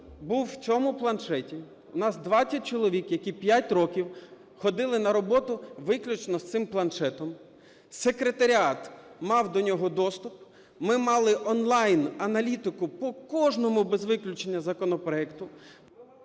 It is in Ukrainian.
був в цьому планшеті. У нас 20 чоловік, які 5 років ходили на роботу виключно з цим планшетом. Секретаріат мав до нього доступ. Ми мали онлайн аналітику по кожному без виключення законопроекту.